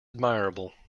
admirable